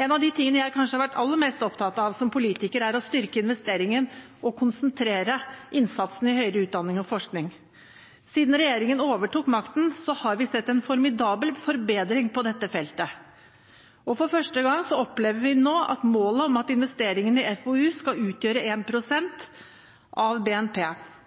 En av de tingene jeg kanskje har vært aller mest opptatt av som politiker, er å styrke investeringen og konsentrere innsatsen i høyere utdanning og forskning. Siden regjeringen overtok makten, har vi sett en formidabel forbedring på dette feltet. For første gang opplever vi å nå målet om at investeringen i FoU skal utgjøre 1 pst. av BNP.